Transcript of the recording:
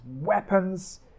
weapons